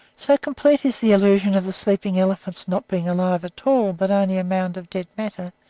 so complete is the illusion of the sleeping elephant's not being alive at all, but only a mound of dead matter,